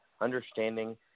understanding